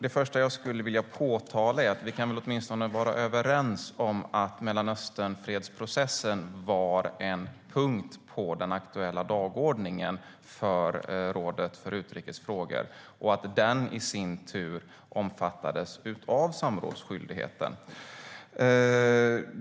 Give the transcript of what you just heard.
Det första jag vill påtala är att vi väl åtminstone kan vara överens om att Mellanösternfredsprocessen var en punkt på den aktuella dagordningen för rådet för utrikes frågor och att den därför omfattades av samrådsskyldigheten.